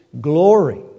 glory